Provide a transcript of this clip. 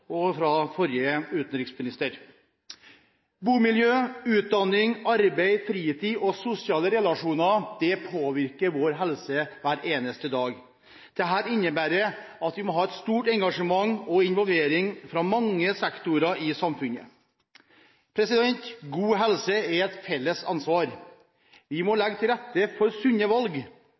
sitatet fra forrige utenriksminister. Bomiljø, utdanning, arbeid, fritid og sosiale relasjoner påvirker vår helse hver eneste dag. Dette innebærer at vi må ha et stort engasjement og involvering fra mange sektorer i samfunnet. God helse er et felles ansvar. Vi må legge til rette for sunne valg.